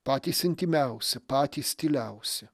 patys intymiausi patys tyliausi